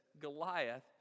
Goliath